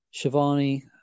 Shivani